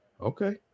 Okay